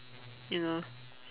ya